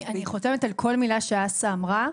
אני חותמת על כל מילה שאסא אמרה,